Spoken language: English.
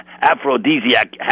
aphrodisiac